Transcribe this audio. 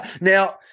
Now